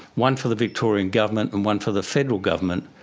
one for the victorian government and one for the federal government,